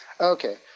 Okay